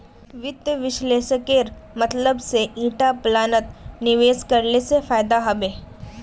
वित्त विश्लेषकेर मतलब से ईटा प्लानत निवेश करले से फायदा हबे